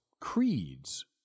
creeds